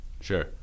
Sure